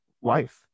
wife